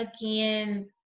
again